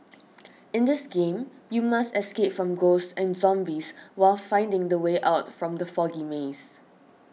in this game you must escape from ghosts and zombies while finding the way out from the foggy maze